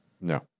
No